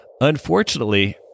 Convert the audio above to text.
Unfortunately